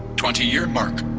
twenty year mark.